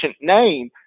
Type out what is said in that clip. name